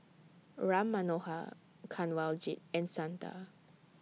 Ram Manohar Kanwaljit and Santha